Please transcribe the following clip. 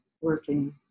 working